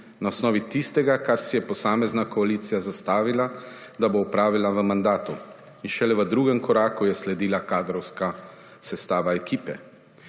na osnovi tistega, kar si je posamezna koalicija zastavila, da bo opravila v mandatu, in šele v drugem koraku je sledila kadrovska sestava ekipe.